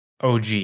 OG